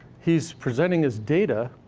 he's presenting his data,